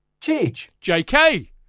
JK